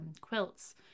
quilts